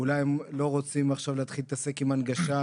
אולי הם לא רוצים להתעסק עם הנגשה,